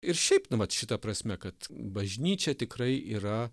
ir šiaip nu vat šita prasme kad bažnyčia tikrai yra